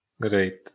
Great